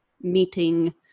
meeting